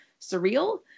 surreal